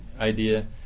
idea